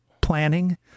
planning